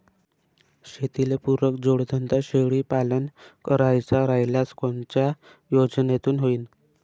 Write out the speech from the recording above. शेतीले पुरक जोडधंदा शेळीपालन करायचा राह्यल्यास कोनच्या योजनेतून होईन?